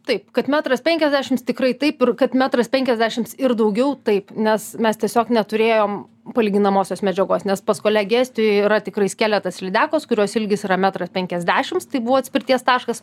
taip kad metras penkiasdešims tikrai taip ir kad metras penkiasdešims ir daugiau taip nes mes tiesiog neturėjom palyginamosios medžiagos nes pas kolegę estijoj yra tikrai skeletas lydekos kurios ilgis yra metras penkiasdešims tai buvo atspirties taškas